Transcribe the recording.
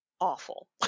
awful